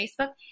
Facebook